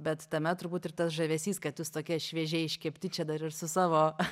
bet tame turbūt ir tas žavesys kad jūs tokie šviežiai iškepti čia dar ir su savo